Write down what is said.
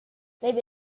maybe